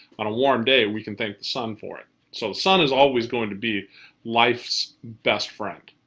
on a warm day, we can thank the sun for it. so the sun is always going to be life's best friend.